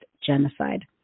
genocide